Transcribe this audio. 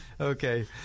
Okay